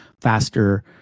faster